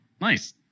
Nice